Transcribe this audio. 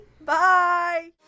Bye